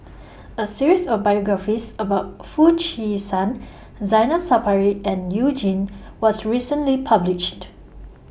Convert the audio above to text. A series of biographies about Foo Chee San Zainal Sapari and YOU Jin was recently published